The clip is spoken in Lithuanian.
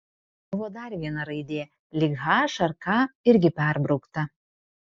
buvo dar viena raidė lyg h ar k irgi perbraukta